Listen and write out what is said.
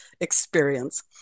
experience